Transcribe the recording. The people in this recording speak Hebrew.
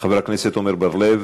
חבר הכנסת מנואל טרכטנברג,